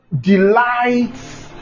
delights